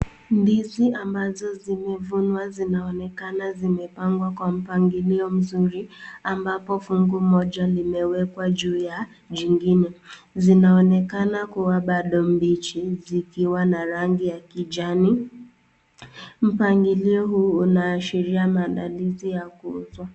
Ndizi ambazo zimevunawa zinaonekana zimepangwa kwa mpangilio mzuri, ambapo fungo moja limewekwa ju ya jingine ,zinaonekana kua bado mbichi zikiwa na rangi ya kijana, mpangilio huu unaashiria maandalizi ya kuuzwa